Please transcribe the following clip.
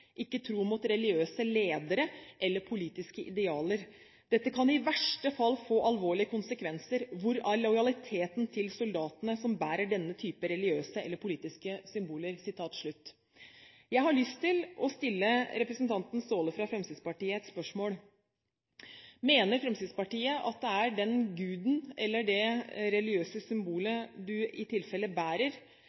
Ikke tro mot religiøse ledere eller politiske idealer. Dette kan i verste fall få alvorlige konsekvenser. Hvor er lojaliteten til soldatene som bærer denne type religiøse eller politiske symboler.» Jeg har lyst til å stille representanten Staahle fra Fremskrittspartiet et spørsmål: Mener Fremskrittspartiet at det er den guden eller det religiøse symbolet man i tilfelle bærer,